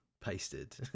pasted